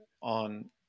on